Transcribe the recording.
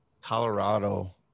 Colorado